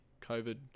covid